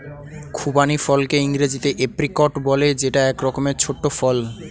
খুবানি ফলকে ইংরেজিতে এপ্রিকট বলে যেটা এক রকমের ছোট্ট ফল